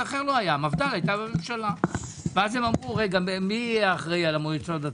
המפד"ל הייתה בממשלה ואז אמרו: מי יהיה אחראי על המועצות הדתיות?